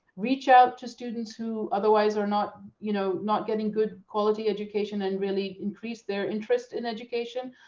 reach out to students who otherwise are not you know not getting good quality education and really increase their interest in education.